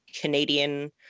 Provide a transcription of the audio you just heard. Canadian